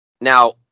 Now